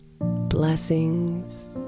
Blessings